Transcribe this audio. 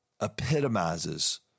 epitomizes